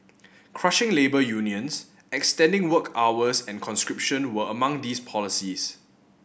crushing labour unions extending work hours and conscription were among these policies